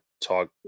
talk